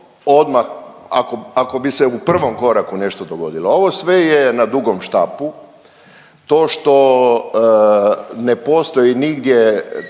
odmah ako bi se u prvom koraku nešto dogodilo. A ovo sve je na dugom štapu, to što ne postoji nigdje